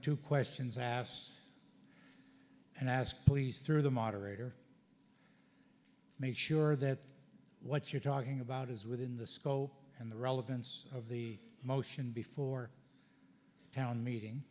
two questions asked and asked please through the moderator make sure that what you're talking about is within the scope and the relevance of the motion before a town meeting